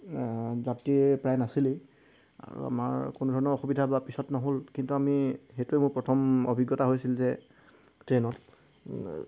যাত্ৰী প্ৰায় নাছিলেই আৰু আমাৰ কোনো ধৰণৰ অসুবিধা বা পিছত নহ'ল কিন্তু আমি সেইটোৱে মোৰ প্ৰথম অভিজ্ঞতা হৈছিল যে ট্ৰেইনত